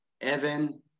Evan